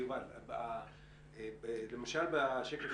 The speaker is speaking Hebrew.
יובל, למשל בשקף